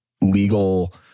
legal